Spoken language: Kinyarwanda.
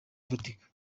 ufatika